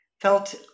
felt